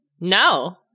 No